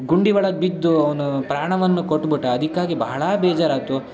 ಗುಂಡಿ ಒಳಗೆ ಬಿದ್ದು ಅವನು ಪ್ರಾಣವನ್ನು ಕೊಟ್ಬಿಟ್ಟ ಅದಕ್ಕಾಗಿ ಬಹಳ ಬೇಜಾರಾಯ್ತು